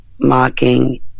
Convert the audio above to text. mocking